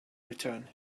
return